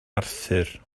arthur